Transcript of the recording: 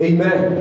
Amen